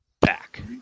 back